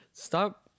Stop